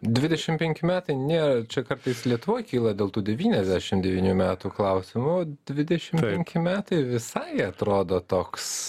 dvidešimt penki metai nėra čia kartais lietuvoj kyla dėl tų devyniasdešimt devynių metų klausimų dvidešimt penki metai visai atrodo toks